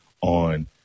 on